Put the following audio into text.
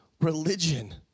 religion